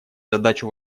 задачу